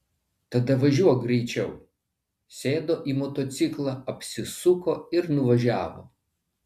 tada važiuok greičiau sėdo į motociklą apsisuko ir nuvažiavo